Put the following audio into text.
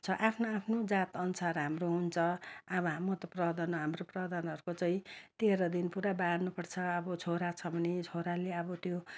छ आफ्नो आफ्नो जात अनुसार हाम्रो हुन्छ अब हा म त प्रधान हो हाम्रो प्रधानहरूको चाहिँ तेह्र दिन पुरा बार्नुपर्छ अब छोरा छ भने छोराले अब त्यो